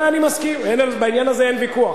זה אני מסכים, בעניין הזה אין ויכוח.